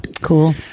cool